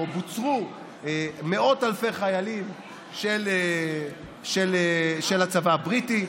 או בוצרו מאות אלפי חיילים של הצבא הבריטי.